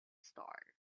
star